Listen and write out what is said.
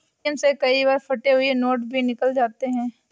ATM से कई बार फटे हुए नोट भी निकल जाते हैं